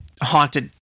haunted